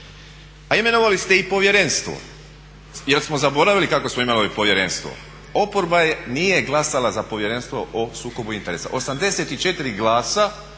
a imenovali ste i povjerenstvo. Jel smo zaboravili kakvo smo imali povjerenstvo? Oporba nije glasala za Povjerenstvo o sukobu interesa. 84 glasa